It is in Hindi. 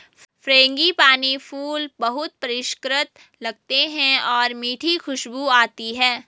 फ्रेंगिपानी फूल बहुत परिष्कृत लगते हैं और मीठी खुशबू आती है